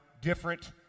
different